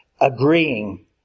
agreeing